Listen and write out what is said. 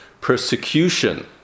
persecution